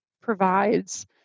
provides